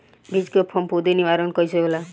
बीज के फफूंदी निवारण कईसे होला?